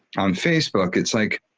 on facebook it's like,